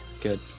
good